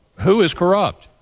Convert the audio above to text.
who is corrupt?